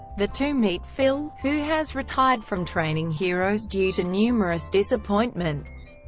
the two meet phil, who has retired from training heroes due to numerous disappointments,